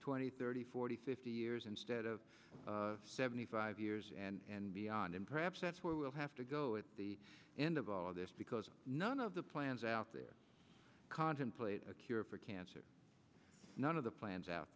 twenty thirty forty fifty years instead of seventy five years and beyond and perhaps that's where we'll have to go at the end of all this because none of the plans out there contemplate a cure for cancer none of the plans out